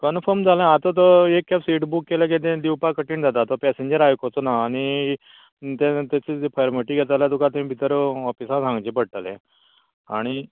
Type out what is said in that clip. confirm जालें आता तो एक सीट बूक केलें कि तें दिवपाक कठीण जाता तो पॅसेंजर आयकचोना आनी तें तशें पेरमेटीक येता तुका थंय भितर ऑफिसान सांगचें पडटलें आनी